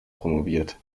promoviert